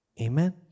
Amen